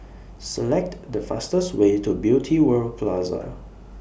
Select The fastest Way to Beauty World Plaza